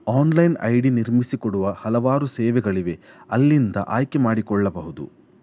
online I D ನಿರ್ಮಿಸಿ ಕೊಡುವ ಹಲವಾರು ಸೇವೆಗಳಿವೆ ಅಲ್ಲಿಂದ ಆಯ್ಕೆ ಮಾಡಿಕೊಳ್ಳಬಹುದು